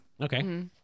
Okay